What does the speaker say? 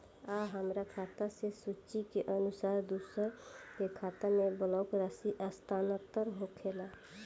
आ हमरा खाता से सूची के अनुसार दूसरन के खाता में बल्क राशि स्थानान्तर होखेला?